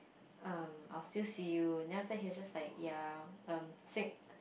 um I still see you now he just like ya um